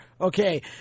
Okay